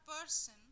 person